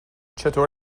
چطور